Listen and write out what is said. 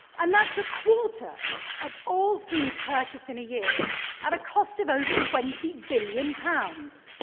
and that's a quarter of all food purchased in a year at a cost of over twenty billion pounds.